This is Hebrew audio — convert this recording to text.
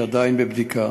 שהיא עדיין בבדיקה,